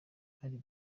hari